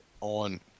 on –